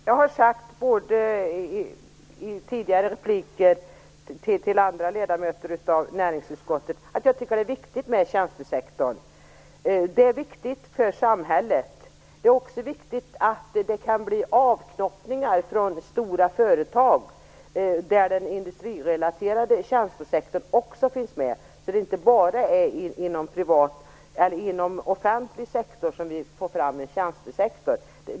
Fru talman! Jag har sagt i tidigare repliker till andra ledamöter av näringsutskottet att jag tycker att tjänstesektorn är viktig. Den är viktig för samhället. Det är också viktigt att det blir avknoppningar från stora företag, där den industrirelaterade tjänstesektorn också finns med. Det skall inte bara vara inom offentlig sektor som vi får fram en tjänstesektor.